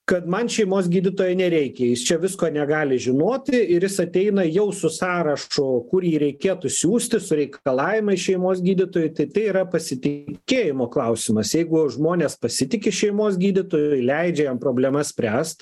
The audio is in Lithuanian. kad man šeimos gydytojo nereikia jis čia visko negali žinoti ir jis ateina jau su sąrašu kur jį reikėtų siųsti su reikalavimais šeimos gydytojui tai tai yra pasitikėjimo klausimas jeigu žmonės pasitiki šeimos gydytoju leidžia jam problemas spręst